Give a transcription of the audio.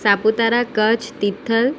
Saputara Kutch Tithal